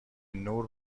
نور